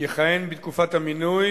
יכהן בתקופת המינוי